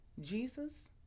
Jesus